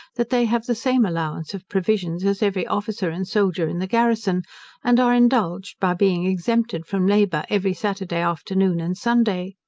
that they have the same allowance of provisions as every officer and soldier in the garrison and are indulged by being exempted from labour every saturday afternoon and sunday.